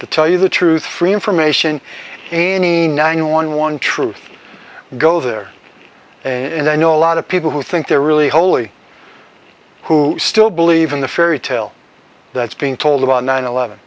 to tell you the truth free information in a nine one one truth go there and i know a lot of people who think they're really holy who still believe in the fairy tale that's being told about nine eleven